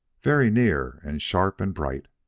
very near and sharp and bright,